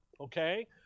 okay